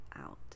out